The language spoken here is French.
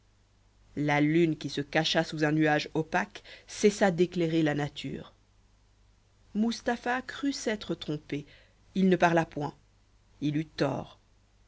la lune qui se cacha sous un nuage opaque cessa d'éclairer la nature mustapha crut s'être trompé il ne parla point il eut tort